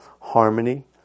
harmony